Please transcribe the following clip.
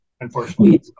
unfortunately